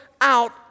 out